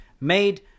made